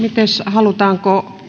halutaanko